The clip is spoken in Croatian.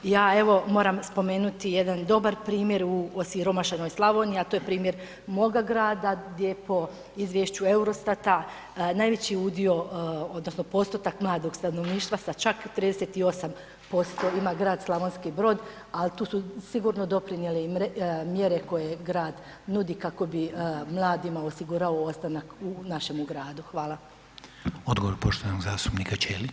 Ja evo moram spomenuti jedan dobar primjer u osiromašenoj Slavoniji, a to je primjer moga Grada gdje po izvješću Eurostat-a, najveći udio odnosno postotak mladog stanovništva sa čak 38% ima Grad Slavonski Brod, ali tu su sigurno doprinijeli i mjere koje Grad nudi kako bi mladima osigurao ostanak u našemu gradu.